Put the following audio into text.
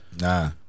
Nah